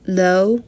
low